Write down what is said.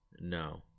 No